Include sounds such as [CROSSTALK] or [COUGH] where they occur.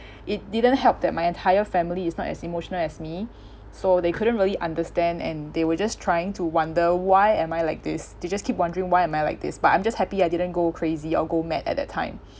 it didn't help that my entire family is not as emotional as me [BREATH] so they couldn't really understand and they were just trying to wonder why am I like this they just keep wondering why am I like this but I'm just happy I didn't go crazy or go mad at that time [BREATH]